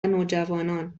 نوجوانان